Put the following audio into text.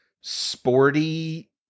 sporty